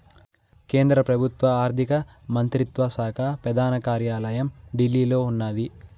కేంద్ర పెబుత్వ ఆర్థిక మంత్రిత్వ శాక పెదాన కార్యాలయం ఢిల్లీలో ఉన్నాది